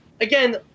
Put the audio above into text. again